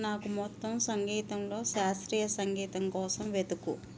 నాకు మొత్తం సంగీతంలో శాస్త్రీయ సంగీతం కోసం వెతుకు